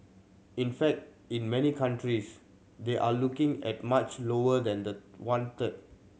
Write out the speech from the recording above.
in fact in many countries they are looking at much lower than the one third